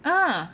ah